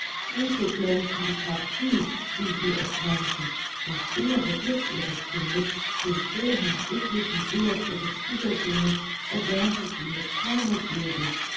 gute glänzende partie wie sie es nannte das innere glück ihres kindes den hohen sittlichen werth ihres schwiegersohnes erwähnte sie mit keiner silbe